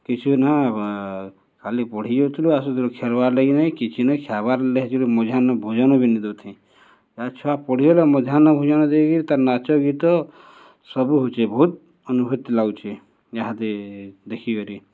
କିଛି ନାଇ ଆଏବାର୍ ଖାଲି ପଢ଼ିଯାଉଥିଲୁ ଆସୁଥିଲୁ ଖେଲ୍ବାର୍ଲାଗି ନାଇଁ କିଛି ନାଇଁ ଖେବାର୍ ଲାଗି ହେତେବେଲେ ମଧ୍ୟାହ୍ନ ଭୋଜନ ବି ନେଇଦଉଥାଇ ଛୁଆ ପଢ଼ିଗଲା ମଧ୍ୟାହ୍ନ ଭୋଜନ ଦେଇକିରି ତାର୍ ନାଚ ଗୀତ ସବୁ ହଉଚେ ବହୁତ୍ ଅନୁଭୂତି ଲାଗୁଚେ ଏହାଦେ ଦେଖିକରି